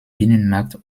binnenmarkt